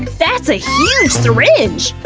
that's a huge syringe!